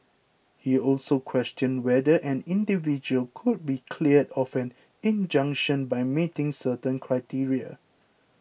he also questioned whether an individual could be cleared of an injunction by meeting certain criteria